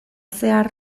zehar